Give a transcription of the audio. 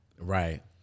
Right